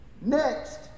Next